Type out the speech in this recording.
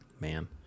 man